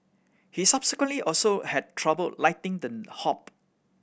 he subsequently also had trouble lighting them hob